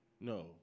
No